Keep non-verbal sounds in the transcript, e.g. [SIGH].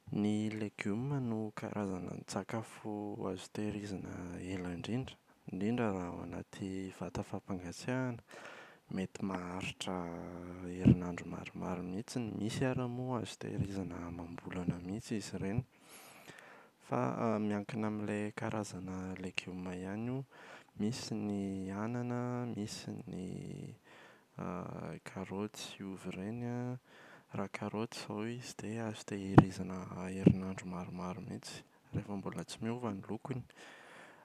Ny legioma no karanan-tsakafo azo tehirizina ela indrindra. Indrindra raha ao anaty vata fampangatsiahana. Mety maharitra [HESITATION] herinandro maromaro mihitsiny, misy ary moa azo tehirieina amam-bolana mihitsy izy ireny. Fa [HESITATION] miankina amin’ilay karazana legioma ihany io: misy ny anana, misy ny [HESITATION] karoty sy ovy ireny an. Raha karoty izao izy dia azo tehirizina [NOISE] herinandro maromaro mihitsy rehefa mbola tsy miova ny lokony.